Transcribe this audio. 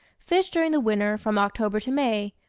fish during the winter from october to may,